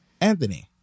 Anthony